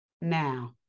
Now